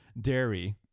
dairy